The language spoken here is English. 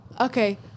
Okay